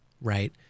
right